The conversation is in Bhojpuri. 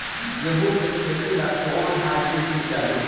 गेहूं के खेती ला कोवन हाइब्रिड बीज डाली?